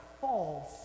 false